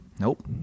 Nope